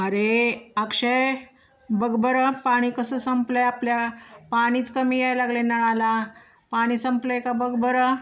अरे अक्षय बघ बरं पाणी कसं संपलं आहे आपल्या पाणीच कमी यायला लागले नळाला पाणी संपले का बघ बरं